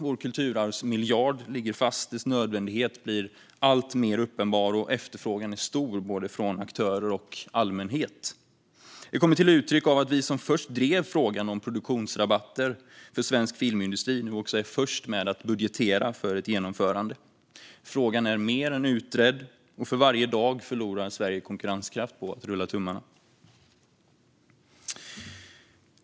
Vår kulturarvsmiljard ligger fast; dess nödvändighet blir alltmer uppenbar, och efterfrågan är stor från både aktörer och allmänhet. Det kommer till uttryck i att vi som först drev frågan om produktionsrabatter för svensk filmindustri nu också är först med att budgetera för ett genomförande. Frågan är mer än utredd, och för varje dag förlorar Sverige konkurrenskraft på att rulla tummarna.